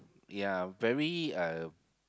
yeah very uh